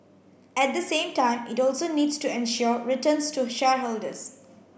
at the same time it also needs to ensure returns to shareholders